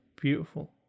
beautiful